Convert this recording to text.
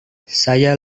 saya